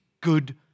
good